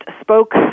spoke